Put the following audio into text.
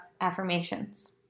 affirmations